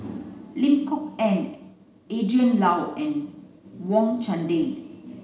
Lim Kok Ann Adrin Loi and Wang Chunde